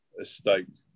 estate